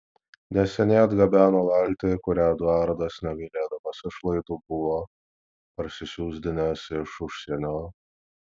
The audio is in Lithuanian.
neseniai atgabeno valtį kurią eduardas negailėdamas išlaidų buvo parsisiųsdinęs iš užsienio